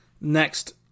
next